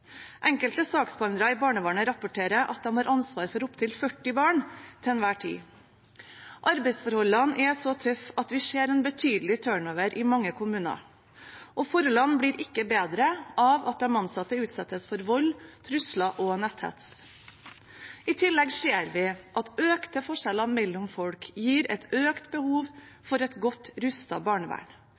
Enkelte saksbehandlere i barnevernet rapporterer at de har ansvaret for opptil 40 barn til enhver tid. Arbeidsforholdene er så tøffe at vi ser en betydelig turnover i mange kommuner. Forholdene blir ikke bedre av at de ansatte utsettes for vold, trusler og netthets. I tillegg ser vi at økte forskjeller mellom folk gir et økt behov for et godt rustet barnevern.